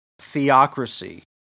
theocracy